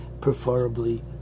Preferably